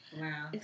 Wow